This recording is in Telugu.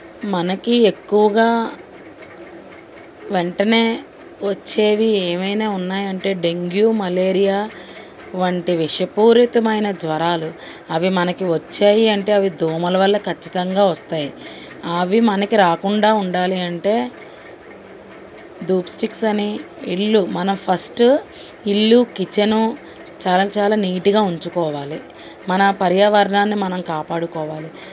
మనకి ఎక్కువగా వెంటనే వచ్చేవి ఏమైనా ఉన్నాయంటే డెంగ్యూ మలేరియా వంటి విషపూరితమైన జ్వరాలు అవి మనకి వచ్చాయి అంటే అవి దోమల వల్ల ఖచ్చితంగా వస్తాయి అవి మనకి రాకుండా ఉండాలి అంటే ధూప్ స్టిక్స్ అని ఇల్లు మనం ఫస్ట్ ఇల్లు కిచెన్ చాలా చాలా నీట్గా ఉంచుకోవాలి మన పర్యావరణాన్ని మనం కాపాడుకోవాలి